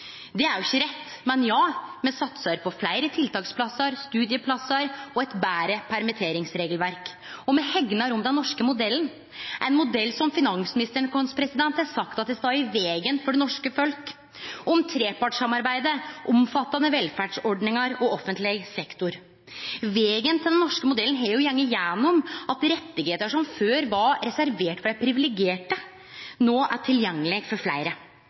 Det er jo ikkje rett. Men ja, me satsar på fleire tiltaksplassar, studieplassar og eit betre permitteringsregelverk, og me hegnar om den norske modellen – ein modell som finansministeren vår har sagt har stått i vegen for det norske folk – om trepartssamarbeidet, omfattande velferdsordningar og offentleg sektor. Vegen til den norske modellen har jo gått gjennom at rettar som før var reserverte for dei privilegerte, no er tilgjengelege for fleire.